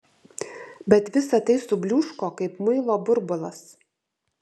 bet visa tai subliūško kaip muilo burbulas